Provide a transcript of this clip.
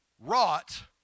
wrought